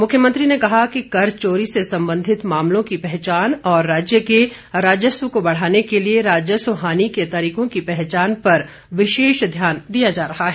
मुख्यमंत्री ने कहा कि कर चोरी से संबंधित मामलों की पहचान और राज्य के राजस्व को बढ़ाने के लिए राजस्व हानि के तरीकों की पहचान पर विशेष ध्यान दिया जा रहा है